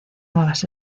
nuevas